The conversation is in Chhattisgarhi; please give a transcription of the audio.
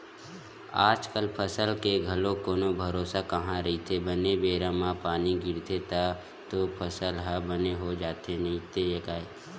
आजकल फसल के घलो कोनो भरोसा कहाँ रहिथे बने बेरा म पानी गिरगे तब तो फसल ह बने हो जाथे नइते गय